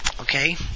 okay